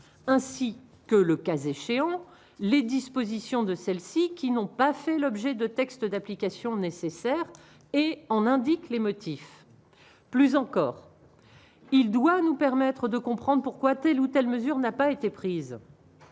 ainsi que le cas échéant les dispositions de celle-ci, qui n'ont pas fait l'objet de textes d'application nécessaires et on indique les motifs plus encore, il doit nous permettre de comprendre pourquoi telle ou telle mesure n'a pas été prise,